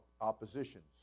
oppositions